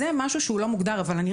זה משהו שהוא לא מוגדר אבל אני